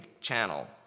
channel